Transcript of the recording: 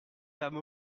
femme